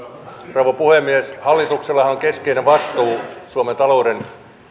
rouva puhemies hallituksellahan on keskeinen vastuu suomen talouden